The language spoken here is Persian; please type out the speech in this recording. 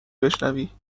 بشنوی